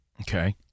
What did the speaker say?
okay